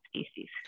species